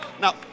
Now